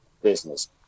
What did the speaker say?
business